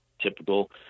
typical